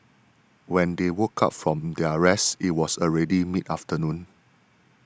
when they woke up from their rest it was already mid afternoon